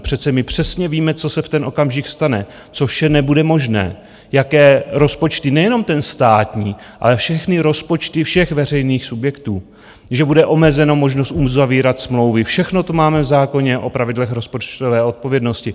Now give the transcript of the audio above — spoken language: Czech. Přece my přesně víme, co se v ten okamžik stane, co vše nebude možné, jaké rozpočty, nejenom ten státní, ale všechny rozpočty všech veřejných subjektů, že bude omezena možnost uzavírat smlouvy, všechno to máme v zákoně o pravidlech rozpočtové odpovědnosti.